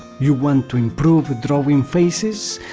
you want to improve drawing faces,